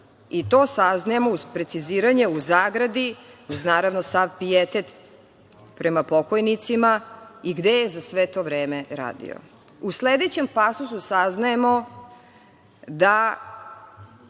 i to saznajemo uz preciziranje, u zagradi, naravno, sav pijetet prema pokojnicima, i gde je za sve to vreme radio.U sledećem pasusu saznajemo da